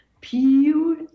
pure